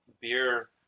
Beer